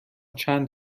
چند